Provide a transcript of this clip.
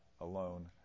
alone